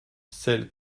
celle